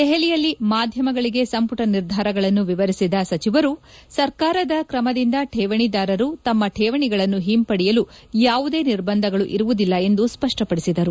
ದೆಹಲಿಯಲ್ಲಿ ಮಾಧ್ಯಮಗಳಿಗೆ ಸಂಪುಟ ನಿರ್ಧಾರಗಳನ್ನು ವಿವರಿಸಿದ ಸಚಿವರು ಸರ್ಕಾರದ ಕ್ರಮದಿಂದ ಠೇವಣಿದಾರರು ತಮ್ಮ ಠೇವಣಿಗಳನ್ನು ಹಿಂಪಡೆಯಲು ಯಾವುದೇ ನಿರ್ಬಂಧಗಳು ಇರುವುದಿಲ್ಲ ಎಂದು ಸ್ಪಷ್ಟಪದಿಸಿದರು